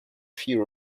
few